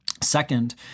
Second